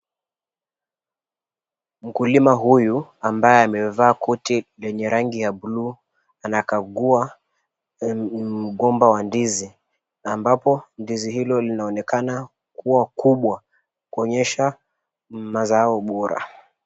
Mkulima huyu ambaye amevaa koti lenye rangi ya buluu, anakagua mgomba wa ndizi, ambapo ndizi hilo linaonekana kuwa kubwa, kuonyesha mazao bora.